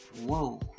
Whoa